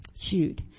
shoot